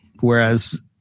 Whereas